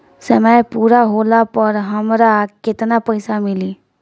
समय पूरा होला पर हमरा केतना पइसा मिली?